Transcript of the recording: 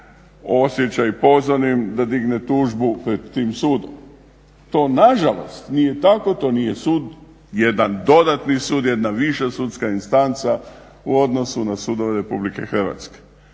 osjeća i pozvanim da digne tužbu pred tim sudom. To nažalost nije tako, to nije sud, jedan dodatni sud, jedna sudska instanca u odnosu na sudove RH.